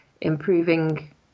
improving